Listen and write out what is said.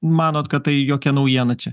manot kad tai jokia naujiena čia